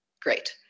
great